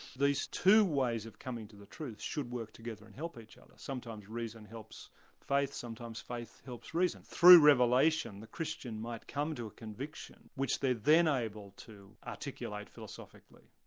these two ways of coming to the truth should work together and help each other. sometimes reason helps faith, sometimes faith helps reason through revelation the christian might come to a conviction which they're then able to articulate philosophically.